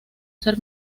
ser